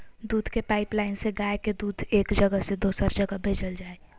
दूध के पाइपलाइन से गाय के दूध एक जगह से दोसर जगह भेजल जा हइ